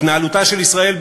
התנהלותה של ישראל,